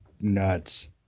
nuts